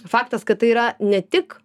faktas kad tai yra ne tik